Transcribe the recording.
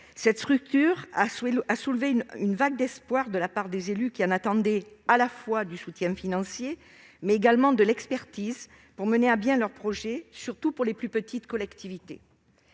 Cette structure a soulevé une vague d'espoir parmi les élus, qui en attendaient du soutien financier, mais également de l'expertise pour mener à bien leurs projets, surtout pour les plus petites collectivités.